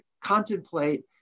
contemplate